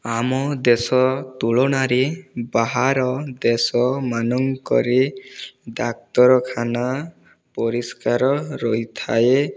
ଆମ ଦେଶ ତୁଳନାରେ ବାହାର ଦେଶ ମାନଙ୍କରେ ଡାକ୍ତରଖାନା ପରିଷ୍କାର ରହିଥାଏ